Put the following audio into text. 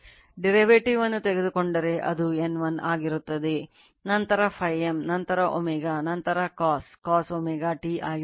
Derivative ಅನ್ನು ತೆಗೆದುಕೊಂಡರೆ ಅದು N1 ಆಗಿರುತ್ತದೆ ನಂತರ Φm ನಂತರ ω ನಂತರ cos cos ω t ಆಗಿರುತ್ತದೆ